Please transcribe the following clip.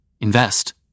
Invest